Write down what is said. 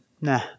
nah